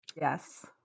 yes